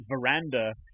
veranda